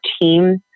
team